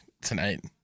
tonight